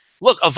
look